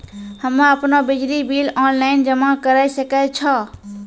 हम्मे आपनौ बिजली बिल ऑनलाइन जमा करै सकै छौ?